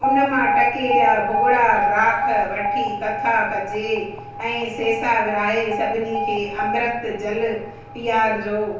उन मां टके जा भुॻिड़ा डाख वठी कथा कजे ऐं सेसा विराहे सभिनी खे अमृत जल पीआरिजो